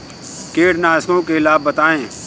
कीटनाशकों के लाभ बताएँ?